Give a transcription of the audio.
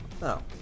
No